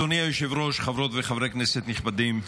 אדוני היושב-ראש, חברות וחברי כנסת נכבדים,